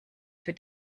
für